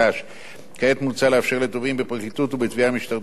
כעת מוצע לאפשר לתובעים בפרקליטות ובתביעה המשטרתית לערוך הסדרים,